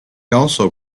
also